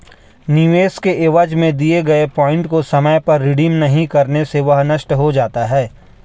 निवेश के एवज में दिए गए पॉइंट को समय पर रिडीम नहीं करने से वह नष्ट हो जाता है